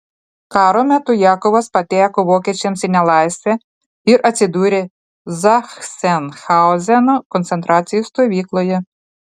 karo metu jakovas pateko vokiečiams į nelaisvę ir atsidūrė zachsenhauzeno koncentracijos stovykloje